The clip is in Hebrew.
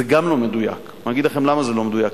זה גם לא מדויק, ואגיד לכם למה זה לא מדויק.